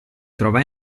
trova